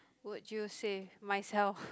would you save myself